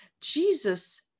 Jesus